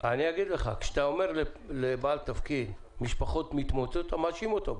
כשאתה אומר לבעל תפקיד שמשפחות מתמוטטות אתה מאשים אותו.